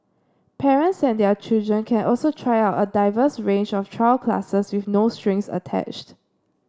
parents and their children can also try out a diverse range of trial classes with no strings attached